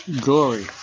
Glory